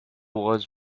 was